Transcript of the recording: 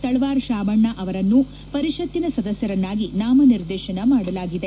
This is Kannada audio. ತಳವಾರ ಶಾಬಣ್ಣ ಅವರನ್ನ ಪರಿಷತ್ತಿನ ಸದಸ್ಯರನ್ನಾಗಿ ನಾಮ ನಿರ್ದೇಶನ ಮಾಡಲಾಗಿದೆ